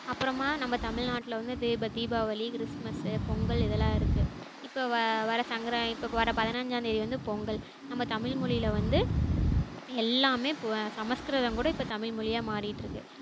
அப்புறமா நம்ம தமிழ்நாட்டில் வந்து தீப தீபாவளி கிறிஸ்மஸ் பொங்கல் இதெலாம் இருக்குது இப்போ வ வர சங்கராய இப்போ வர பதினைஞ்சாந்தேதி வந்து பொங்கல் நம்ம தமிழ்மொழியில் வந்து எல்லாம் சமஸ்கிருதம் கூட இப்போ தமிழ்மொழியாக மாறிட்டுருக்கு